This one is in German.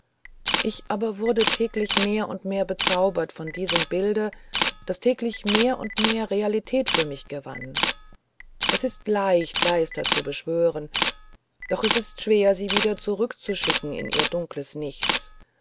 ich aber wurde täglich mehr und mehr bezaubert von diesem bilde das täglich mehr und mehr realität für mich gewann es ist leicht geister zu beschwören doch ist es schwer sie wieder zurückzuschicken in ihr dunkles nichts